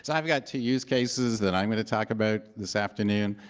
so i've got two use cases that i'm going to talk about this afternoon.